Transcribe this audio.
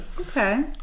okay